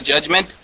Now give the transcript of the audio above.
judgment